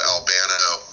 Albano